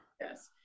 yes